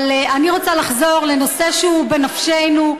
אבל אני רוצה לחזור לנושא שהוא בנפשנו,